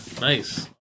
Nice